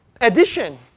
addition